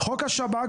חוק השב"כ,